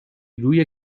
روی